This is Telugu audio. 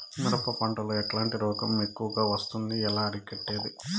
మిరప పంట లో ఎట్లాంటి రోగం ఎక్కువగా వస్తుంది? ఎలా అరికట్టేది?